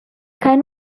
kein